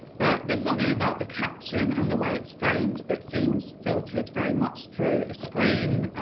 but there's something about the caption and the way it's framed that seems filtered very much through a screen,